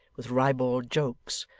with ribald jokes,